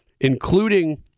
including